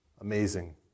amazing